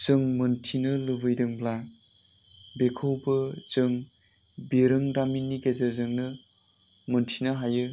जों मोन्थिनो लुबैदोंब्ला बेखौबो जों बिरोंदामिननि गेजेरजोंनो मोन्थिनो हायो